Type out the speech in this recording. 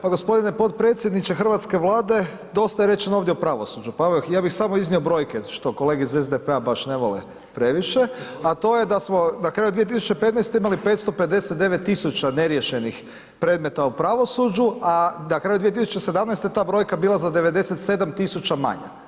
Pa gospodine potpredsjedniče hrvatske Vlade, dosta je rečeno ovdje u pravosuđu, pa evo, ja bih samo iznio brojke, što kolege iz SDP-a baš ne vole previše, a to je da smo na kraju 2015. imali 559 tisuća neriješenih predmeta u pravosuđu, a na kraju 2017. ta brojka je bila za 97 tisuća manje.